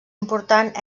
important